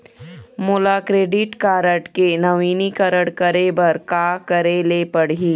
मोला क्रेडिट के नवीनीकरण करे बर का करे ले पड़ही?